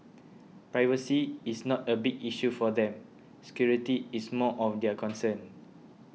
privacy is not a big issue for them security is more of their concern